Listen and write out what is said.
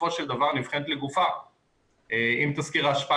בסופו של דבר נבחנת לגופה עם תסקיר השפעה